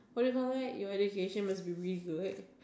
what do you call that your education must be really good